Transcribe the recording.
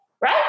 right